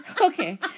okay